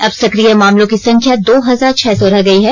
अब सक्रिय मामलों की संख्या दो हजार छह सौ रह गई है